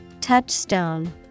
Touchstone